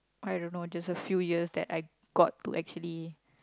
I don't know just a few years that I got to actually